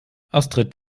astrid